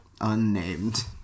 Unnamed